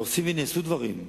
עושים ונעשו דברים.